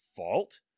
fault